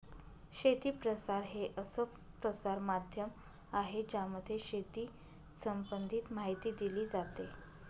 शेती प्रसार हे असं प्रसार माध्यम आहे ज्यामध्ये शेती संबंधित माहिती दिली जाते